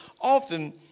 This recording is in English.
often